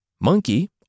Monkey